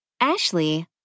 Ashley